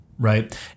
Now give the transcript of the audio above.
Right